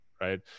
Right